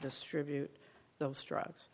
distribute those drugs